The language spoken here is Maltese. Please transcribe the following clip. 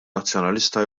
nazzjonalista